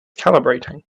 calibrating